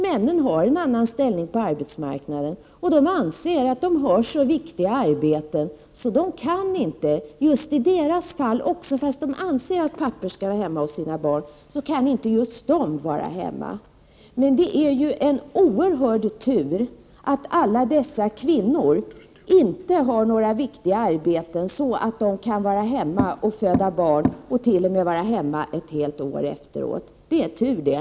Männen har en annan ställning på arbetsmarknaden, och de anser att de har så viktiga arbeten att just de, trots att de anser att pappor skall vara hemma hos sina barn, inte kan vara hemma. Men det är en oerhörd tur att alla dessa kvinnor inte har några viktiga arbeten, utan att de kan vara hemma och föda barn och t.o.m. vara hemma ett helt år efteråt. Det är tur det!